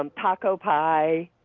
um taco pie,